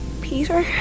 Peter